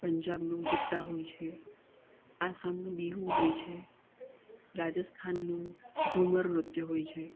પંજાબનું ગિધા હોય છે આસામનું બીહુ હોય છે રાજસ્થાનનું ઘૂમર નૃત્ય હોય છે